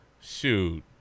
shoot